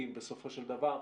כי בסופו של דבר,